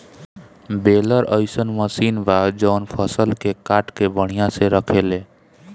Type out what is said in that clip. baler अइसन machine बा जवन फसल के काट के बढ़िया से रखेले